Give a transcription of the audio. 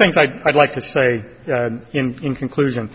things i'd like to say in conclusion